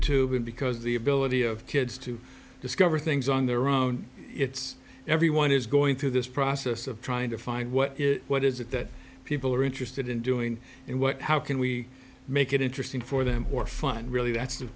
and because the ability of kids to discover things on their own it's everyone is going through this process of trying to find what is what is it that people are interested in doing and what how can we make it interesting for them more fun really that's